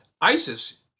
ISIS